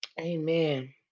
Amen